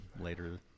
later